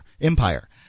empire